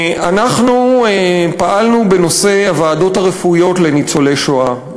אנחנו פעלנו בנושא הוועדות הרפואיות לניצולי השואה,